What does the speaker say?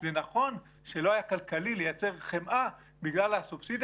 זה נכון שלא היה כלכלי לייצר חמאה בגלל הסובסידיה